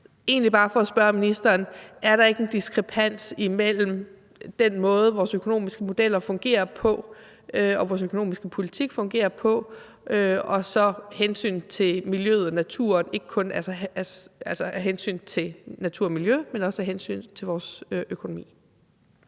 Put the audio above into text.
egentlig bare spørge ministeren: Er der ikke en diskrepans mellem den måde, som vores økonomiske modeller fungerer på og vores økonomiske politik fungerer på, og så hensynet til miljøet og naturen – altså ikke kun af hensyn til natur og miljø, men også af hensyn til vores økonomi?